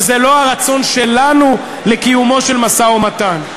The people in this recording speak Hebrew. וזה לא הרצון שלנו לקיומו של משא-ומתן.